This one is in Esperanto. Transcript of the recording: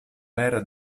vera